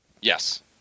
Yes